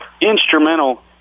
instrumental